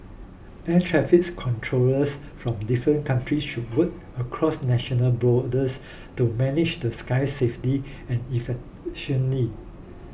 air traffic controllers from different countries should work across national borders to manage the skies safely and efficiently